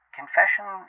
Confession